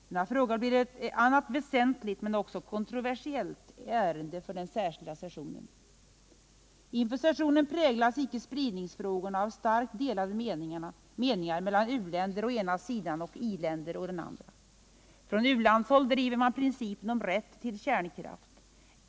Denna fråga blir ett annat väsentligt, men också kontroversiellt, ärende för den särskilda sessionen. Inför sessionen präglas icke-spridningsfrågorna av starkt delade meningar mellan u-länder å ena sidan och i-länder å den andra. På u-landshåll drivs principen om rätt-till kärnkraft.